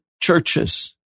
churches